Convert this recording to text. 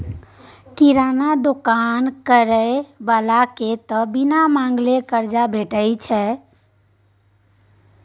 किराना दोकान करय बलाकेँ त बिन मांगले करजा भेटैत छै